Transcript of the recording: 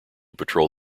patrol